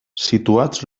situats